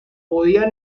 podía